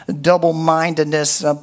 double-mindedness